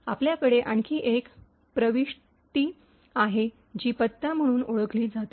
आपल्याकडे आणखी एक प्रविष्टी आहे जी पत्ता म्हणून ओळखली जाते